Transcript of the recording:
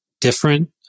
different